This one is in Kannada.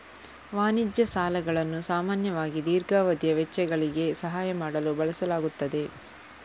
ವಾಣಿಜ್ಯ ಸಾಲಗಳನ್ನು ಸಾಮಾನ್ಯವಾಗಿ ದೀರ್ಘಾವಧಿಯ ವೆಚ್ಚಗಳಿಗೆ ಸಹಾಯ ಮಾಡಲು ಬಳಸಲಾಗುತ್ತದೆ